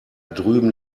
drüben